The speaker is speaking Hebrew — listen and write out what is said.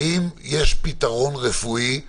האם יש פתרון רפואי לכך?